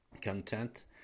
content